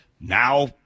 now